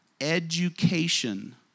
Education